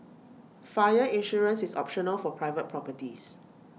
fire insurance is optional for private properties